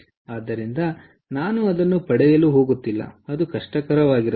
ಆದ್ದರಿಂದ ನಾನು ಅದನ್ನು ಪಡೆಯಲು ಹೋಗುತ್ತಿಲ್ಲ ಅದು ಕಷ್ಟಕರವಾಗಿರುತ್ತದೆ